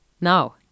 now